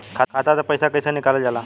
खाता से पैसा कइसे निकालल जाला?